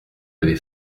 avez